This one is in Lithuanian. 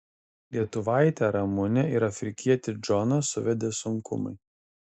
lietuvaitę ramunę ir afrikietį džoną suvedė sunkumai